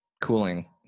cooling